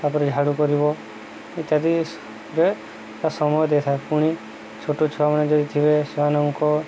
ତା'ପରେ ଝାଡ଼ୁ କରିବ ଇତ୍ୟାଦିରେ ତା ସମୟ ଦେଇଥାଏ ପୁଣି ଛୋଟ ଛୁଆମାନେ ଯଦି ଥିବେ ସେମାନଙ୍କ